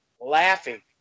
laughing